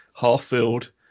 half-filled